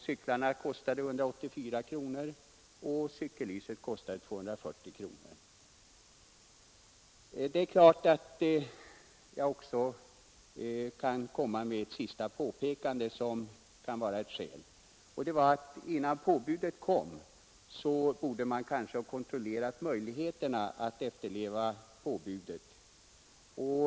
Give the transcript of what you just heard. Cyklarna kostade 184 kronor och cykellysena 240 kronor. Jag skall komma med ett ytterligare påpekande, som kan visa ett skäl till undantag. Man borde kanske, innan påbudet kom, ha kontrollerat möjligheterna att efterleva det.